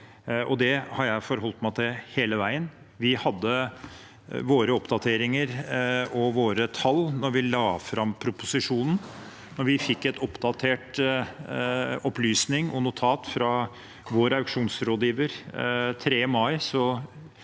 det har jeg forholdt meg til hele veien. Vi hadde våre oppdateringer og våre tall da vi la fram proposisjonen. Da vi fikk en oppdatert opplysning og et notat fra vår auksjonsrådgiver 3. mai,